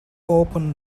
open